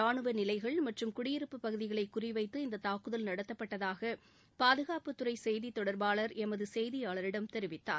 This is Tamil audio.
ரானுவ நிலைகள் மற்றும் குடியிருப்புப் பகுதிகளை குறிவைத்து இந்த தாக்குதல் நடத்தப்பட்டதாக பாதுகாப்புத்துறை செய்தி தொடர்பாளர் எமது செய்தியாளரிடம் தெரிவித்தார்